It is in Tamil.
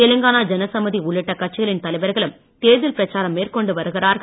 தெலுங்கானா ஜனசமிதி உள்ளிட்ட கட்சிகளின் தலைவர்களும் தேர்தல் பிரச்சாரம் மேற்கொண்டு வருகிறார்கள்